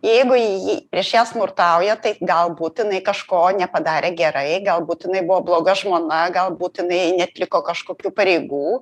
jeigu ji prieš ją smurtauja tai galbūt jinai kažko nepadarė gerai galbūt jinai buvo bloga žmona gal būtinai neatliko kažkokių pareigų